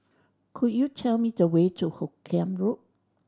could you tell me the way to Hoot Kiam Road